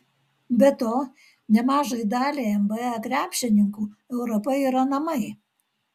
be to nemažai daliai nba krepšininkų europa yra namai